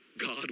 God